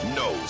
no